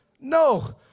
No